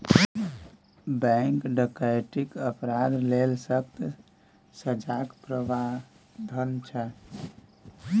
bank डकैतीक अपराध लेल सक्कत सजाक प्राबधान छै